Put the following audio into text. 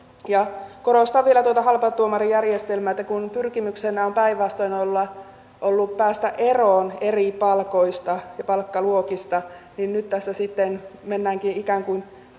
korostan vielä tuota halpatuomarijärjestelmää että kun pyrkimyksenä on päinvastoin ollut päästä eroon eri palkoista ja palkkaluokista niin nyt tässä sitten mennäänkin ikään kuin